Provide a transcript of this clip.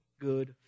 good